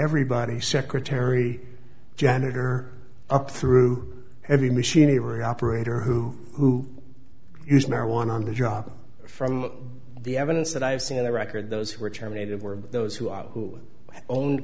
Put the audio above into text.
everybody secretary janitor up through every machine every operator who use marijuana on the job from the evidence that i've seen on the record those who were terminated were those who are who owned